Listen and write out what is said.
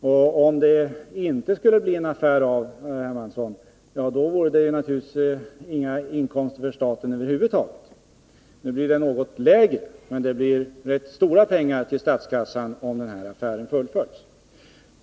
Och, herr Hermansson, om det inte skulle bli någon affär av, skulle det naturligtvis inte bli några inkomster för staten över huvud taget. Nu blir det något lägre inkomster, men det blir ändå rätt mycket pengar till statskassan, om den här affären fullföljs.